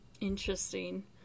Interesting